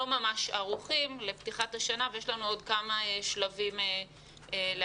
ממש ערוכים לפתיחת השנה ויש לנו עוד כמה שלבים להשלים.